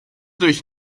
durch